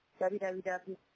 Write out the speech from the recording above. www